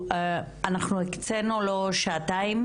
הזה הקצנו שעתיים,